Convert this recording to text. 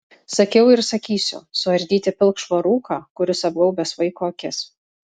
sakiau ir sakysiu suardyti pilkšvą rūką kuris apgaubęs vaiko akis